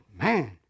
man